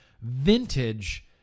vintage